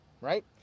Right